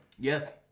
Yes